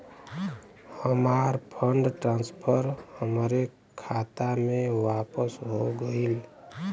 हमार fund transfer हमरे खाता मे वापस हो गईल